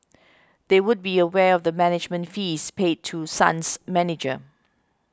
they would be aware of the management fees paid to Sun's manager